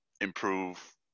improve